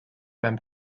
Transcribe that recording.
beim